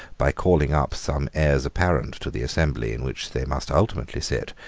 by calling up some heirs apparent to the assembly in which they must ultimately sit,